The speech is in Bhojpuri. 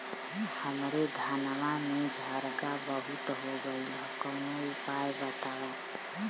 हमरे धनवा में झंरगा बहुत हो गईलह कवनो उपाय बतावा?